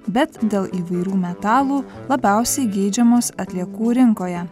bet dėl įvairių metalų labiausiai geidžiamos atliekų rinkoje